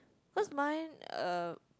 cause mine uh